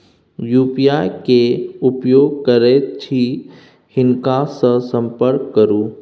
UPI केर उपयोग करैत छी हिनका सँ संपर्क करु